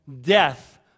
death